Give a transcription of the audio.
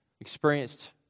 experienced